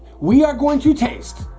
we are going to taste